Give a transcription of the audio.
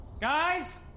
Guys